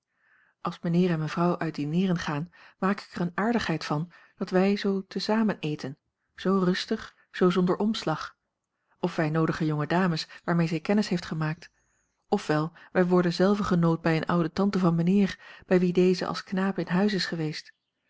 als mijnheer en mevrouw uit dineeren gaan maak ik er eene aardigheid van dat wij zoo te zamen eten zoo rustig zoo zonder omslag of wij noodigen jonge dames waarmee zij kennis heeft gemaakt of wel wij worden zelven genood bij eene oude tante van mijnheer bij wie deze als knaap in huis is geweest